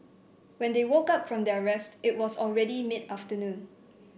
when they woke up from their rest it was already mid afternoon